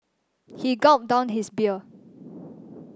he gulped down his beer